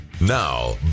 Now